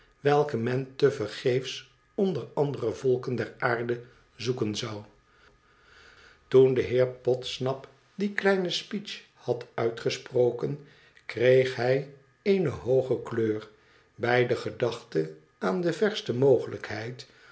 welke men tevergeefs onder andere volken der aarde zoeken zou toen de heer podsnap die kleine speech had uitgesproken kreeg hij eene hooge kleur bij de gedachte aan de verste mogelijkheid